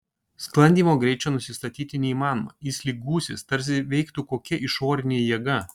sklandymo greičio nusistatyti neįmanoma jis lyg gūsis tarsi veiktų kokia išorinė jėga